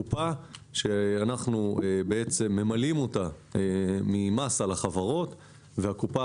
זאת קופה שאנחנו ממלאים אותה ממס על החברות והקופה